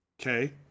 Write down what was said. Okay